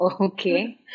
Okay